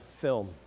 film